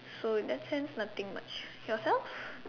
so that sense nothing much yourself